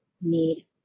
need